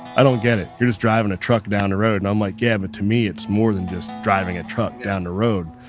i don't get it. you're just driving a truck down the road and i'm like yeah, but to me it's more than just driving a truck down the road,